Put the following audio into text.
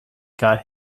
got